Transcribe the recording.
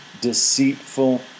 deceitful